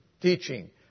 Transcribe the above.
teaching